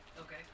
Okay